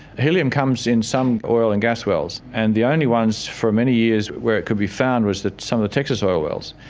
helium comes in some oil and gas wells, and the only ones for many years where it could be found was some of the texas oil wells,